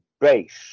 base